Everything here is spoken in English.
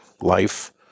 life